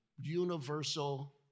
universal